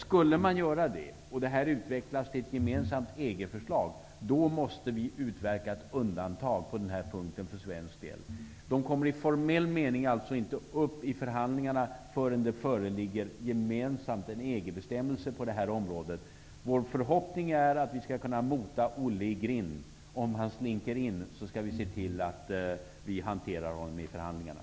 Skulle man göra det och det utvecklades till ett gemensamt EG-förslag, måste vi utverka ett undantag på denna punkt för svensk del. Förslagen kommer i formell mening inte upp i förhandlingar förrän det föreligger en gemensam EG bestämmelse på detta område. Vår förhoppning är att vi skall kunna mota Olle i grind. Om han slinker in, skall vi se till att hantera detta i förhandlingarna.